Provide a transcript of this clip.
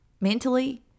mentally